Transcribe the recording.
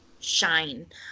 shine